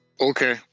Okay